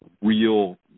real